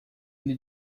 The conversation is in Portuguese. ele